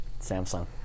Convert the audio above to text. Samsung